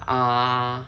ah